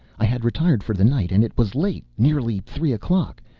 i had retired for the night, and it was late, nearly three o'clock.